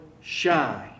shine